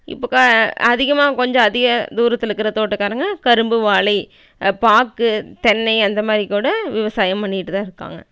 இப்போ க அதிகமாக கொஞ்ச அதிக தூரத்துலக்கிற தோட்டக்காரங்க கரும்பு வாழை பாக்கு தென்னை அந்த மாரிக்கூட விவசாயம் பண்ணிகிட்டு தான் இருக்காங்க